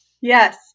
Yes